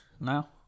Now